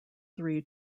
three